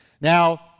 Now